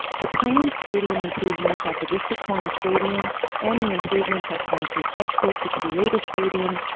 the planned stadium improvements at the district twenty stadium and the improvements at pine creek high school to create a stadium,